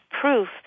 proof